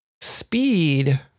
speed